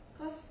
cause